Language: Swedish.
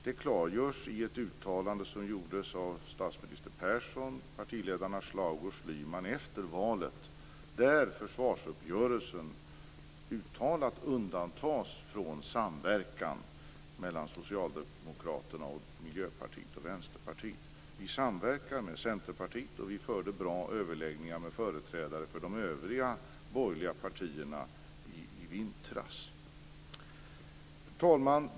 Det klargörs i ett uttalande som gjordes av statsminister Persson och partiledarna Schlaug och Schyman efter valet, där försvarsuppgörelsen uttalat undantogs från samverkan mellan Socialdemokraterna, Miljöpartiet och Vänsterpartiet. Vi samverkade med Centerpartiet, och vi förde bra överläggningar med företrädare för de övriga borgerliga partierna i vintras. Fru talman!